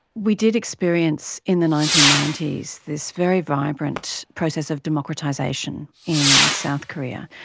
we did experience in the nineteen ninety s this very vibrant process of democratisation in south korea.